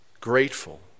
Grateful